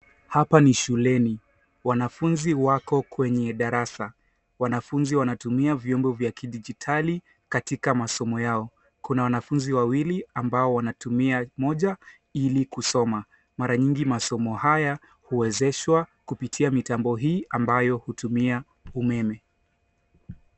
Hapa ni shuleni. Wanafunzi wako kwenye darasa. Wanafunzi wanatumia vyombo vya kidijitali katika masomo yao. Kuna wanafunzi wawili ambao wanatumia moja ili kusoma. Mara nyingi masomo haya huwezeshwa kupitia mitambo hii ambayo hutumia umeme.